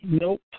Nope